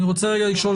אני רוצה לשאול,